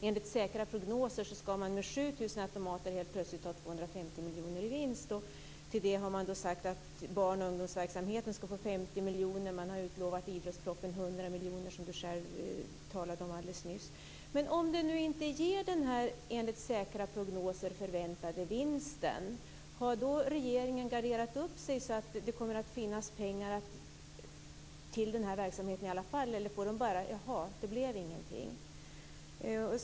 Enligt säkra prognoser skall man med 7 000 automater helt plötsligt ha 250 miljoner kronor i vinst, och till det har man då sagt att barn och ungdomsverksamheten skall få 50 miljoner kronor, och man har i idrottspropositionen utlovat 100 miljoner, som du själv talade om alldeles nyss. Men om de nu inte ger den här enligt säkra prognoser förväntade vinsten; har då regeringen garderat upp sig så att det kommer att finnas pengar till den här verksamheten i alla fall, eller får man då bara höra: Jaha, det blev ingenting?